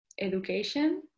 education